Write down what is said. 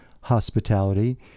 hospitality